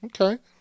Okay